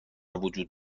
وجود